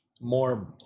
more